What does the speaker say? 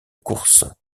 course